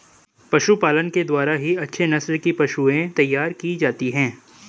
पशुपालन के द्वारा ही अच्छे नस्ल की पशुएं तैयार की जाती है